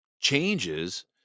changes